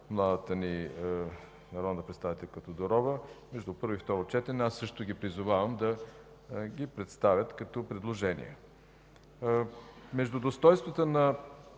младата ни народна представителна Тодорова, между първо и второ четене аз също ги призовавам да ги представят като предложения. Между достойнствата на